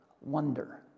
wonder